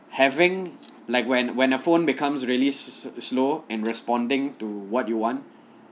having like when when a phone becomes really slow and responding to what you want